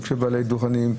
לבעלי דוכנים,